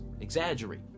exaggerate